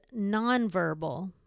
nonverbal